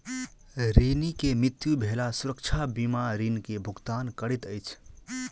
ऋणी के मृत्यु भेला सुरक्षा बीमा ऋण के भुगतान करैत अछि